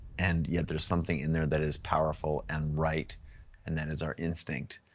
and yet there's something in there that is powerful and right and that is our instinct.